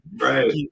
right